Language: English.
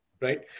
right